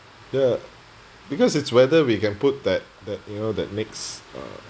ya because it's whether we can put that that you know that next